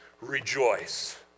Rejoice